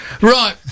Right